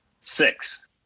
Six